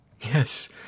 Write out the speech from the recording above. Yes